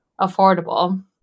affordable